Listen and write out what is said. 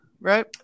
right